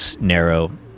narrow